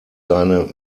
seine